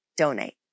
donate